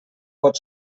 pot